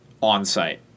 on-site